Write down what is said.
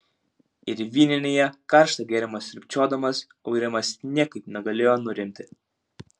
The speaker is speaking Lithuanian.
ir vyninėje karštą gėrimą sriubčiodamas aurimas niekaip negalėjo nurimti